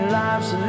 lives